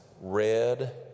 red